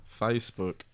Facebook